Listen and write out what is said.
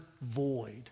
void